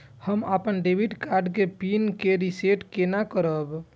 हम अपन debit card के पिन के रीसेट केना करब?